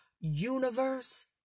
universe